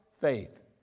faith